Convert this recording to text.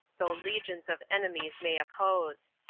though legions of enemies may oppose.